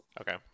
Okay